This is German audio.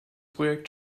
projekt